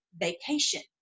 vacation